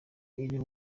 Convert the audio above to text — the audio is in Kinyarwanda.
iriho